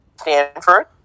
Stanford